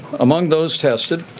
among those tested.